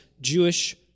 Jewish